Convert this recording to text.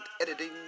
editing